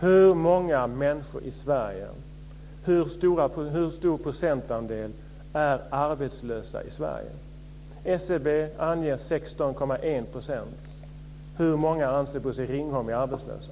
Hur många människor i Sverige, hur stor procentandel, är arbetslösa i Ringholm är arbetslösa?